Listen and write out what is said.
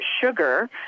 sugar